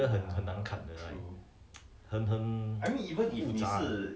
!aiya! like the I think should have confirm 这些东西一定有很多:zhe xie dong xi yi ding youhen duo politics 的